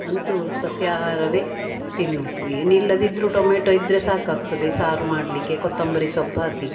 ಅಂತೂ ಸಸ್ಯಾಹಾರವೇ ತಿನ್ನುವುದು ಏನಿಲ್ಲದಿದ್ದರೂ ಟೊಮೆಟೊ ಇದ್ದರೆ ಸಾಕಾಗ್ತದೆ ಸಾರು ಮಾಡಲಿಕ್ಕೆ ಕೊತ್ತಂಬರಿ ಸೊಪ್ಪು ಹಾಕಿ